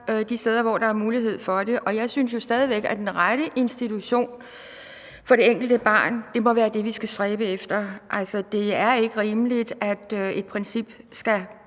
de steder, hvor der er mulighed for det, og jeg synes jo stadig væk, at den rette institution for det enkelte barn må være det, vi skal stræbe efter. Altså, det er ikke rimeligt, at et princip skal